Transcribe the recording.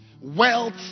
Wealth